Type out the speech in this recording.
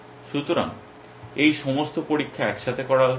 সুতরাং ঐ সমস্ত পরীক্ষা একসাথে করা উচিত